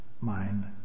mind